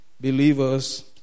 believers